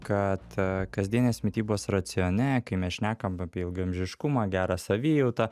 kad kasdienės mitybos racione kai mes šnekam apie ilgaamžiškumą gerą savijautą